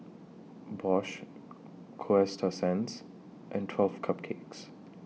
Bosch Coasta Sands and twelve Cupcakes